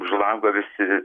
už lango visi